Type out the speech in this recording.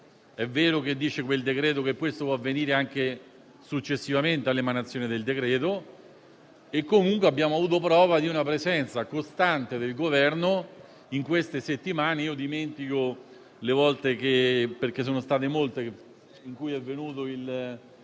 È vero che quel decreto dice che ciò può avvenire anche successivamente all'emanazione del decreto e, comunque, abbiamo avuto prova di una presenza costante del Governo in queste settimane. Dimentico le volte in cui è venuto -